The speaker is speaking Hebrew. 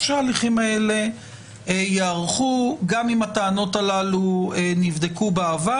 שההליכים האלה ייערכו גם אם הטענות הללו נבדקו בעבר.